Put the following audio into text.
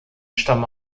stammen